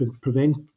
prevent